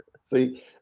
see